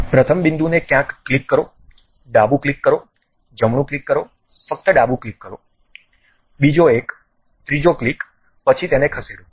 પ્રથમ બિંદુને ક્યાંક ક્લિક કરો ડાબું ક્લિક કરો જમણું ક્લિક કરો ફક્ત ડાબું ક્લિક કરો બીજો એક ત્રીજો ક્લિક પછી તેને ખસેડો